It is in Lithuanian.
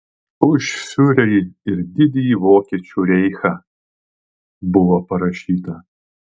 už fiurerį ir didįjį vokiečių reichą buvo parašyta